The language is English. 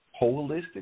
Holistic